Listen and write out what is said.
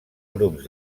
grups